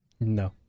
No